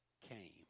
came